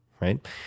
right